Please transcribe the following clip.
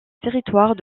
territoire